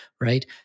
right